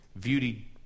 Beauty